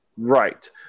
Right